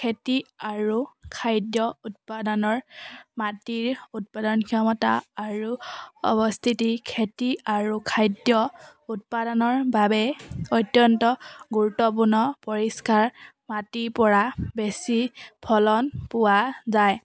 খেতি আৰু খাদ্য উৎপাদনৰ মাটিৰ উৎপাদন ক্ষমতা আৰু অৱস্থিতি খেতি আৰু খাদ্য উৎপাদনৰ বাবে অত্যন্ত গুৰুত্বপূৰ্ণ পৰিষ্কাৰ মাটিৰ পৰা বেছি ফলন পোৱা যায়